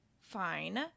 fine